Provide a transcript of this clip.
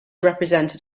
represented